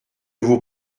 vos